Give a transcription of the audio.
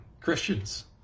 Christians